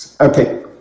Okay